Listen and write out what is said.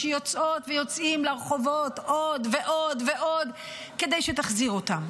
שיוצאות ויוצאים לרחובות עוד ועוד ועוד כדי שתחזיר אותם.